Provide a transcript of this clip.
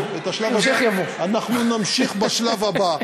ההמשך יבוא, לא, זה חשוב מאוד.